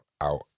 out